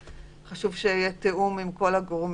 ולכן חשוב שיהיה תיאום עם כל הגורמים.